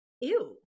ew